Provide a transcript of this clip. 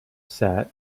sat